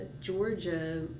Georgia